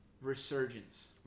resurgence